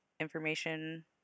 Information